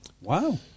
Wow